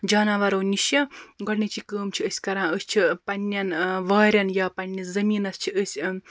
جاناوارو نِشہِ گۄڈنِچی کٲم چھِ أسۍ کَران أسۍ چھِ پَننٕنۍ وارٮ۪ن یا پَننِس زمیٖنَس چھِ أسۍ